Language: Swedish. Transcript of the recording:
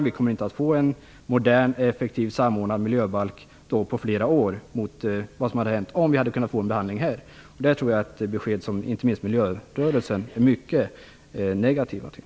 Det kommer inte att bli en modern och effektiv samordnad miljöbalk på flera år. Det hade kunnat gå fortare om vi hade kunnat få en behandling här. Detta tror jag är ett besked som inte minst miljörörelsen är mycket negativ till.